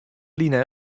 line